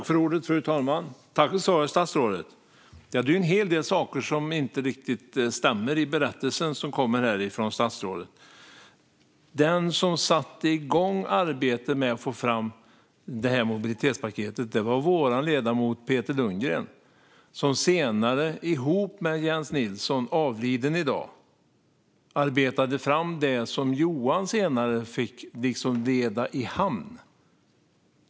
Fru talman! Tack för svaret, statsrådet! Det är en hel del saker som inte riktigt stämmer i den berättelse som kommer från statsrådet. Den som satte igång arbetet med att få fram mobilitetspaketet var vår ledamot Peter Lundgren, som senare ihop med Jens Nilsson, nu avliden, arbetade fram det som Johan senare fick liksom leda i hamn.